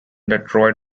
detroit